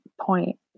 point